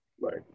Right